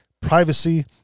privacy